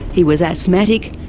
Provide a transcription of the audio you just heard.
he was asthmatic,